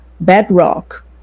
bedrock